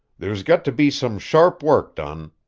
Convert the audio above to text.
there's got to be some sharp work done.